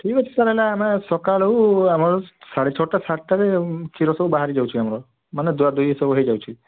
ଠିକ୍ ଅଛି ସାର୍ ହେଲେ ଆମେ ସକାଳୁ ଆମର ସାଢ଼େ ଛଅଟା ସାତଟାରେ କ୍ଷୀର ସବୁ ବାହାରି ଯାଉଛି ଆମର ମାନେ ଧୁଆଧୁଇ ସବୁ ହେଇଯାଉଛି